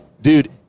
Dude